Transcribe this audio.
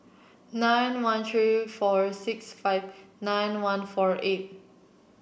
nine one three four six five nine one four eight